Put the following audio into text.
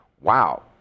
Wow